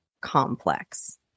complex